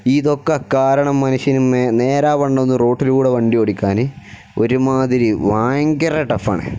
ഇതൊക്കെ കാരണം മനുഷ്യന് നേരാ വണ്ണമൊന്ന് റോഡിൽ കൂടെ വണ്ടി ഓടിക്കാൻ ഒരുമാതിരി ഭയങ്കര ടഫാണ്